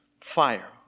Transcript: fire